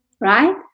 right